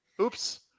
Oops